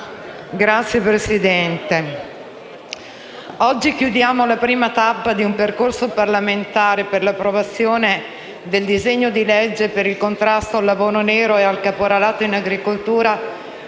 colleghi senatori, oggi chiudiamo la prima tappa di un percorso parlamentare per l'approvazione del disegno di legge per il contrasto al lavoro nero e al caporalato in agricoltura,